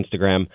Instagram